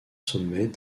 sommets